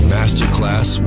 Masterclass